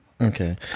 Okay